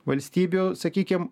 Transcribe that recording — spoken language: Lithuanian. valstybių sakykim